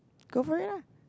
go for it lah